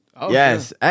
Yes